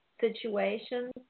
situations